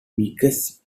biggest